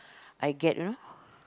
I get you know